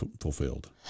fulfilled